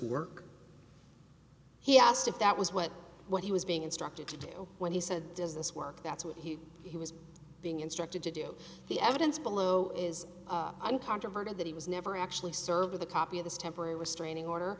work he asked if that was what what he was being instructed to do when he said does this work that's what he was being instructed to do the evidence below is uncontroverted that he was never actually served with a copy of this temporary restraining order